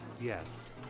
Yes